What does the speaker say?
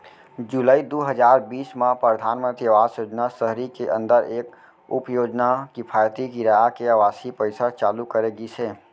जुलाई दू हजार बीस म परधानमंतरी आवास योजना सहरी के अंदर एक उपयोजना किफायती किराया के आवासीय परिसर चालू करे गिस हे